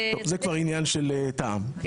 זה כבר עניין של טעם.